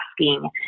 asking